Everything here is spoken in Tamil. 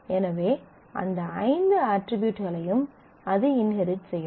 எனவே அந்த ஐந்து அட்ரிபியூட்களையும் அது இன்ஹெரிட் செய்யும்